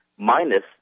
minus